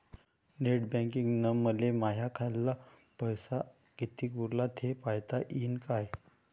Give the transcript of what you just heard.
Net बँकिंगनं मले माह्या खाल्ल पैसा कितीक उरला थे पायता यीन काय?